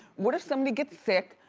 what if somebody gets sick,